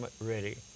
ready